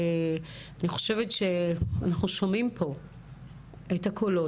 אני חושבת שאנחנו שומעים פה את הקולות.